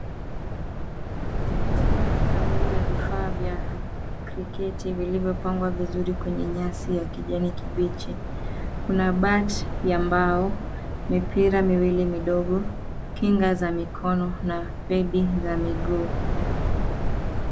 Seti kamili ya vifaa vya kriketi vilivyopangwa vizuri kwenye nyasi ya kijani kibichi. Kuna batch ya mbao, mipira miwili midogo, kinga za mikono na pedi za miguu.